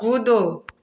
कूदो